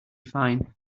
fine